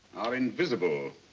are invisible.